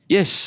Yes